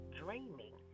dreaming